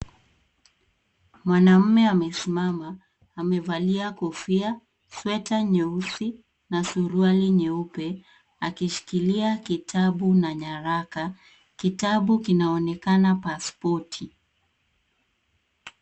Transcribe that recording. Mwanamume amesimama, amevalia kofia, sweta nyeusi na suruali nyeupe, akishikilia kitabu na nyaraka. Kitabu kinaonekana pasipoti.